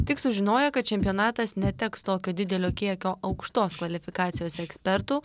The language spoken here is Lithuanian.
tik sužinoję kad čempionatas neteks tokio didelio kiekio aukštos kvalifikacijos ekspertų